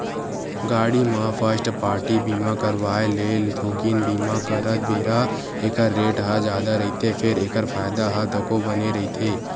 गाड़ी म first party बीमा करवाय ले थोकिन बीमा करत बेरा ऐखर रेट ह जादा रहिथे फेर एखर फायदा ह तको बने रहिथे